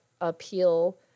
appeal